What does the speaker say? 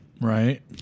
Right